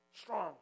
strong